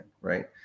right